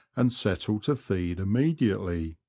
and settle to feed immediately.